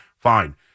Fine